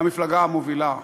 המפלגה המובילה.